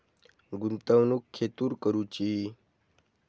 गुंतवणुक खेतुर करूची?